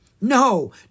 No